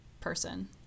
person